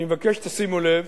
אני מבקש שתשימו לב